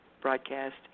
broadcast